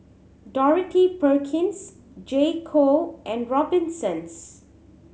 Dorothy Perkins J Co and Robinsons